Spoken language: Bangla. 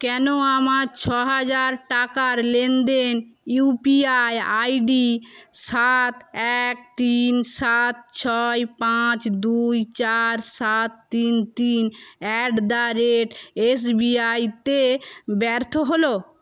কেন আমার ছ হাজার টাকার লেনদেন ইউপিআই আইডি সাত এক তিন সাত ছয় পাঁচ দুই চার সাত তিন তিন at the rate S B আইতে ব্যর্থ হল